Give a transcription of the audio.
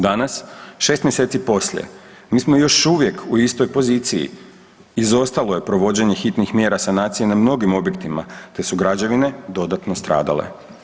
Danas 6 mjeseci poslije mi smo još uvijek u istoj poziciji, izostalo je provođenje hitnih mjera sanacije na mnogim objektima te su građevine dodatno stradale.